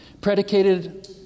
predicated